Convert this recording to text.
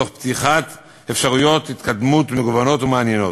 תוך פתיחת אפשרויות התקדמות מגוונות ומעניינות.